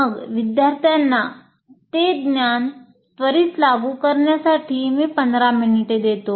मग विद्यार्थ्यांना ते ज्ञान त्वरित लागू करण्यासाठी मी 15 मिनिटे देतो